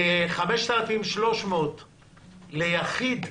ב-5,300 ליחיד,